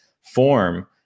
form